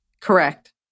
Correct